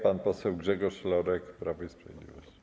Pan poseł Grzegorz Lorek, Prawo i Sprawiedliwość.